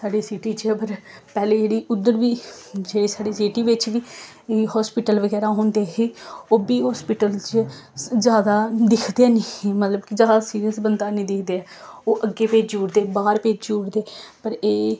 साढ़े सिटी च पर पैह्लें जेह्ड़ी उद्धर बी जेह्ड़ी साढ़ी सिटी बिच्च बी हास्पिटल बगैरा होंदे हे ओह् बी हास्पिटल च जैदा दिखदे हैन्नी हे मतलब कि जैदा सीरियस बंदा हैन्नी दिखदे ओह् अग्गें भेजी ओड़दे बाह्र भेजी ओड़दे पर एह्